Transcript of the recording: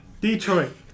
Detroit